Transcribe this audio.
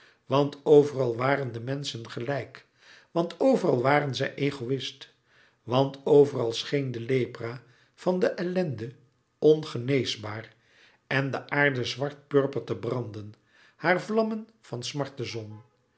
want overal waren de menschen gelijk want overal waren zij egoïst want overal scheen de lepra van de ellende ongeneesbaar en de aarde zwart purper te branden haar vlammen van smarte zon